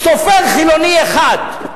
סופר חילוני אחד,